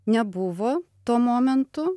nebuvo tuo momentu